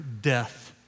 death